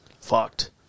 fucked